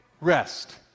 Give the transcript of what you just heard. rest